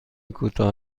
کوتاه